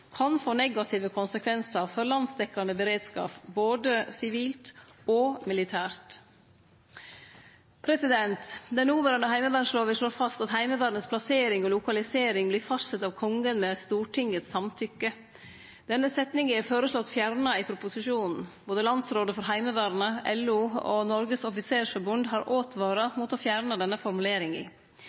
kan få negative konsekvensar for landsdekkjande beredskap, både sivilt og militært. Den noverande heimevernlova slår fast at Heimevernets plassering og lokalisering vert fastsett «av Kongen med Stortingets samtykke». Denne setninga er føreslått fjerna i proposisjonen. Både Landsrådet for Heimevernet, LO og Norges Offisersforbund har åtvara mot å fjerne denne formuleringa.